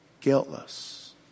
Guiltless